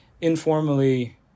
informally